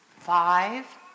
Five